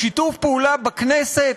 בשיתוף פעולה בכנסת,